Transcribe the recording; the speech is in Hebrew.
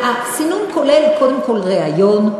הסינון כולל קודם כול ריאיון.